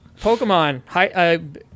Pokemon